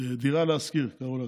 "דירה להשכיר" קראו לה,